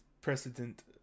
precedent